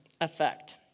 effect